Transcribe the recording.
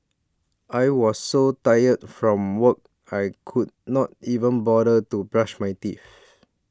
I was so tired from work I could not even bother to brush my teeth